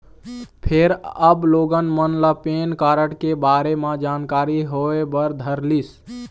फेर अब लोगन मन ल पेन कारड के बारे म जानकारी होय बर धरलिस